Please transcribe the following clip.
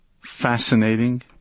fascinating